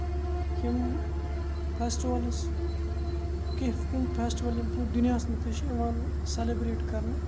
یِم فیٚسٹِوَلٕز کینٛہہ تِم فیسٹِول یِم پوٗرٕ دُنیاہَس منٛز تہِ چھِ یِوان سٮ۪لِبریٹ کَرنہٕ